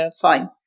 fine